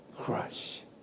crush